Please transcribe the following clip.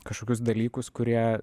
kažkokius dalykus kurie